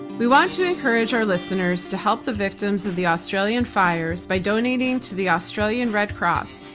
we want to encourage our listeners to help the victims of the australian fires by donating to the australian red cross.